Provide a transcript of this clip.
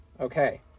Okay